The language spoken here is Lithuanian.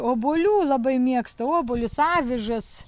obuolių labai mėgsta obuolius avižas